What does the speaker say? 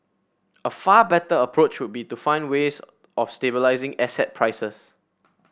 a far better approach would be to find ways of stabilising asset prices